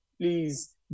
please